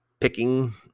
picking